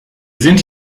sind